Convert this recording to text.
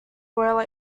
boiler